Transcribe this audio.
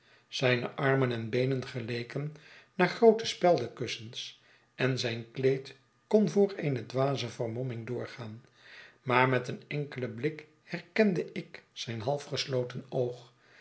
zijne armen en beenen geleken naar groote speldenkussens en zijn kleed kon voor eene dwaze vermomming doorgaan maar met een enkelen blik herkende ik zijn half gesloten oog